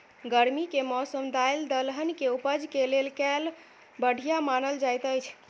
गर्मी केँ मौसम दालि दलहन केँ उपज केँ लेल केल बढ़िया मानल जाइत अछि?